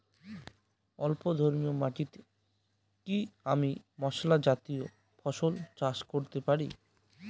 অম্লধর্মী মাটিতে কি আমি মশলা জাতীয় ফসল চাষ করতে পারি?